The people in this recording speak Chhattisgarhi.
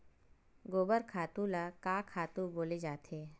गोबर खातु ल का खातु बोले जाथे?